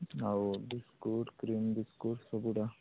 ଆଉ biscuit cream biscuit ସବୁଗୁଡ଼ା